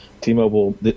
T-Mobile